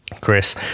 Chris